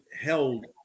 held